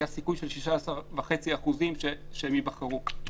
היה סיכוי של 16.5% שהם ייבחרו.